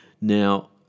Now